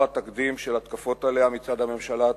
התקדים של התקפות עליה מצד הממשלה הטורקית,